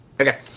Okay